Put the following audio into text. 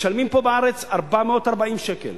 משלמים פה בארץ 440 שקל.